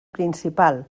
principal